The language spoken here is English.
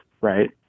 right